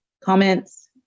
comments